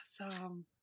Awesome